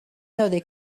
though